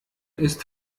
ist